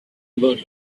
about